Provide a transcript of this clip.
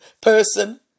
person